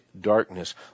darkness